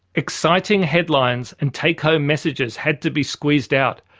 exciting headlines and take-home messages had to be squeezed out.